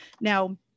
now